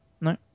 No